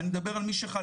אני מדבר על מי שחלה.